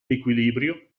equilibrio